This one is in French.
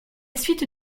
suite